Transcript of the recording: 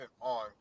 on